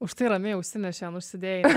užtai ramiai ausines šiandien užsidėjai